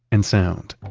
and sound